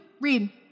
read